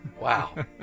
Wow